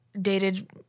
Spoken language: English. dated